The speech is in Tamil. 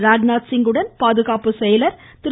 ராஜ்நாத்சிங்குடன் பாதுகாப்பு செயலர் திரு